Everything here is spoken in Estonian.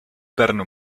pärnu